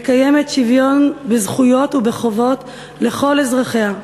המקיימת שוויון בזכויות ובחובות לכל אזרחיה.